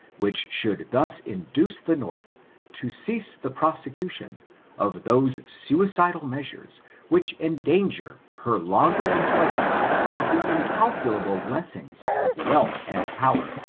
which should thus induce the north to cease the prosecu tion of those suicidal measures which endanger her longer enjoyment of the incalculable blessings of wealth and power,